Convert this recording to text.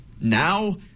Now